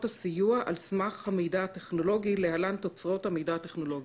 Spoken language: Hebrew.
הסיוע על סמך המידע הטכנולוגי (להלן תוצרי המידע הטכנולוגי).